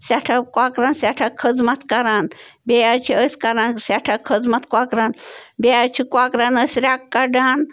سٮ۪ٹھاہ کۄکرَن سٮ۪ٹھاہ خٔزمَت کَران بیٚیہِ حظ چھِ أسۍ کَران سٮ۪ٹھاہ خٔزمَت کۄکرَن بیٚیہِ حظ چھِ کۄکرَن أسۍ رٮ۪کہٕ کَڑان